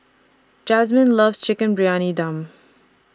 Jazmyn loves Chicken Briyani Dum